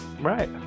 Right